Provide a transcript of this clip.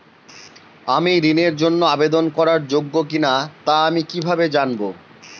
আমি ঋণের জন্য আবেদন করার যোগ্য কিনা তা আমি কীভাবে জানব?